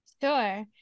Sure